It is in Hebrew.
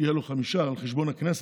יהיו חמישה על חשבון הכנסת,